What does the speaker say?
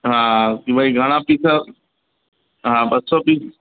हा कि भई घणा पीस हा ॿ सौ पीस